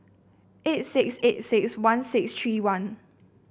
eight six eight six one six three one